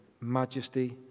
majesty